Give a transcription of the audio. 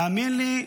תאמין לי,